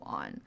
on